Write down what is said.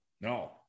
No